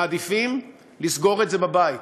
מעדיפים לסגור את זה בבית,